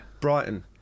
brighton